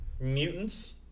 Mutants